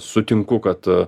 sutinku kad